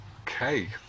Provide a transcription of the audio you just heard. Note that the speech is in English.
Okay